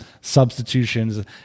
substitutions